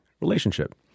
relationship